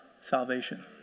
salvation